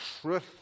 truth